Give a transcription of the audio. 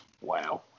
Wow